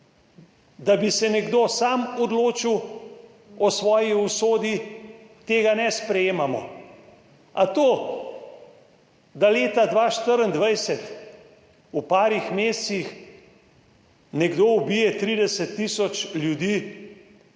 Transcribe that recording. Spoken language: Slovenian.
Da bi se nekdo sam odločil o svoji usodi, tega ne sprejemamo. A to, da leta 2024 v par mesecih nekdo ubije 30 tisoč ljudi,